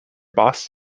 boss